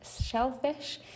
shellfish